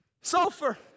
sulfur